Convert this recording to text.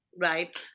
right